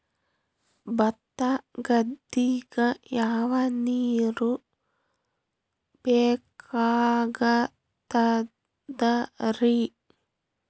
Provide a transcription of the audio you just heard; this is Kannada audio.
ಭತ್ತ ಗದ್ದಿಗ ಯಾವ ನೀರ್ ಬೇಕಾಗತದರೀ?